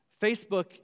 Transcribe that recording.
Facebook